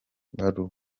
baruwa